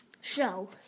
show